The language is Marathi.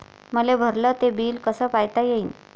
मले भरल ते बिल कस पायता येईन?